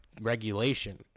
regulation